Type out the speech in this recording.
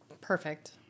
perfect